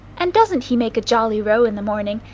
and doesn't he make a jolly row in the morning,